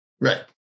Right